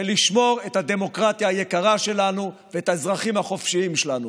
ולשמור על הדמוקרטיה היקרה שלנו ועל האזרחים החופשיים שלנו.